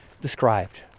described